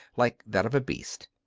like that of a beast.